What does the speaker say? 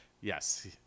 yes